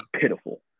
pitiful